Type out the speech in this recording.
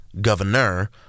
Governor